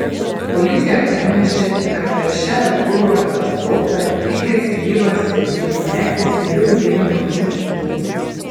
policija pranešė kad per šią lėktuvo katastrofą likęs gyvas septynmetis vėliau mirė nuo žaizdų